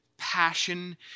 passion